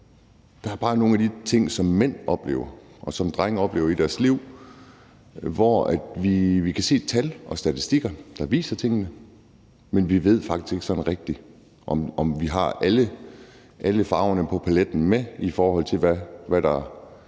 at der bare er nogle ting, som mænd oplever og som drenge oplever i deres liv, hvor tal og statistikker viser tingene, men vi ved faktisk ikke sådan rigtig, om vi har alle farverne på paletten med, i forhold til hvad der er